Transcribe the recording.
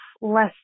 less